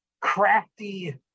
crafty